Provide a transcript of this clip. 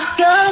go